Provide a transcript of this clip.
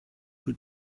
who